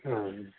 अँ